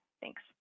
Thanks